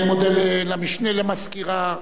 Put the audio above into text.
אני מודה למשנה למזכירה,